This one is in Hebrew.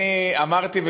אמרתי,